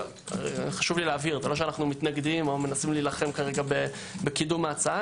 זה לא שאנו מתנגדים או נלחמים בקידום ההצעה.